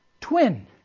twin